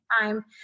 time